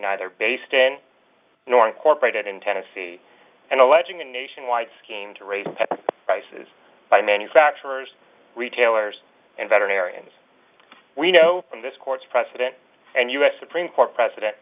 neither based in north cooperated in tennessee and alleging a nationwide scheme to raise prices by manufacturers retailers and veterinarians we know this court's precedent and u s supreme court precedent